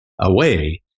away